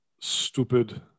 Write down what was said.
stupid